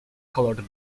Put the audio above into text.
colored